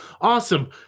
Awesome